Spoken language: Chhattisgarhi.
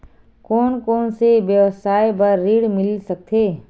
कोन कोन से व्यवसाय बर ऋण मिल सकथे?